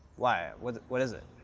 why? what what is it?